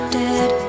dead